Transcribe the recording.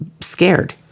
scared